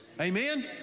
Amen